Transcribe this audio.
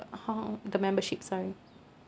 how the membership sorry